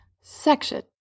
section